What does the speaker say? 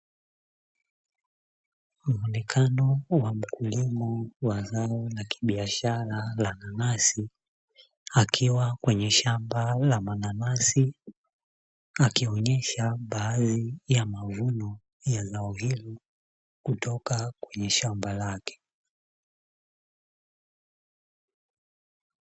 Muonekano wa mkulima wa Zao la kibiashara la nanasi akiwa kwenye shamba la mananasi akionyesha baadhi ya mavuno ya Zao hilo kutoka kwenye shamba lake.